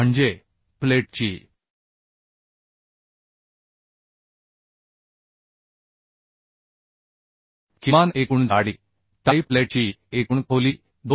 म्हणजे प्लेटची किमान एकूण जाडी टाइप प्लेटची एकूण खोली 291